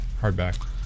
Hardback